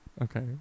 Okay